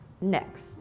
Next